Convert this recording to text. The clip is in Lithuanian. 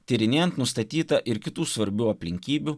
tyrinėjant nustatyta ir kitų svarbių aplinkybių